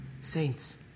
Saints